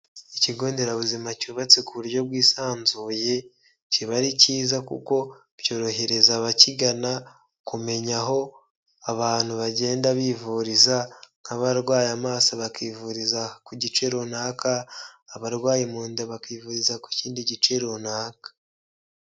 Ikigo nderabuzima cyubatse ku buryo bwisanzuye kiba ari kiza kuko byorohereza abakigana kumenya aho abantu bagenda bivuriza nk'abarwaye amaso bakivuriza ku gice runaka, abarwayi mu nda bakivuriza ku kindi gice runaka.